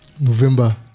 November